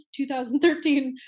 2013